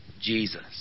Jesus